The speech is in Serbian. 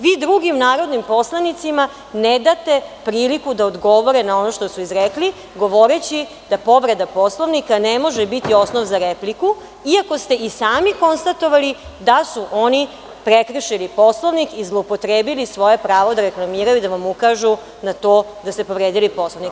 Vi drugim narodnim poslanicima ne date priliku da odgovore na ono što su izrekli, govoreći da povreda Poslovnika ne može biti osnov za repliku, iako ste i sami konstatovali da su oni prekršili Poslovnik i zloupotrebili svoje pravo da reklamiraju, da vam ukažu na to da ste povredili Poslovnik.